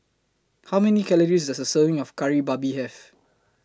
How Many Calories Does A Serving of Kari Babi Have